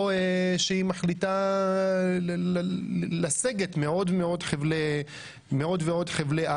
או היא מחליטה לסגת מעוד ועוד חבלי ארץ.